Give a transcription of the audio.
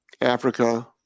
Africa